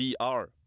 VR